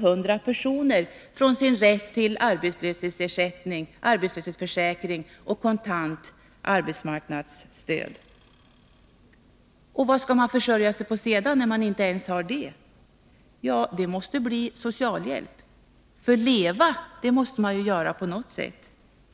700 personer från sin rätt till arbetslöshetsförsäkring och kontant arbetsmarknadsstöd. Vad skall de försörja sig på sedan? Ja, det måste bli socialhjälp. För leva måsté de ju på något sätt.